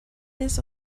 his